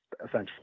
essentially